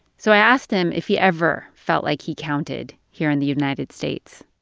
so i asked him if he ever felt like he counted here in the united states